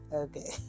okay